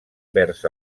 vers